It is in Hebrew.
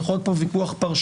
יכול להיות פה ויכוח פרשני.